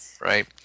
right